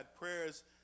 prayers